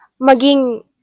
maging